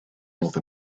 north